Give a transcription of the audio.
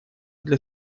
для